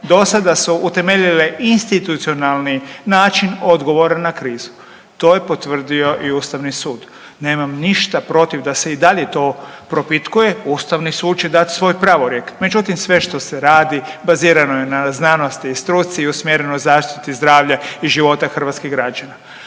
do sada su utemeljile institucionalni način odgovora na krizu to je potvrdio i Ustavni sud. Nemam ništa protiv da se i dalje to propitkuje Ustavni sud će dat svoj pravorijek, međutim sve što se radi bazirano je na znanosti i struci i usmjereno zaštiti zdravlja i života hrvatskih građana.